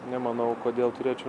nemanau kodėl turėčiau